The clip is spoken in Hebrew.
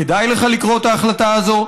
כדאי לך לקרוא את ההחלטה הזו,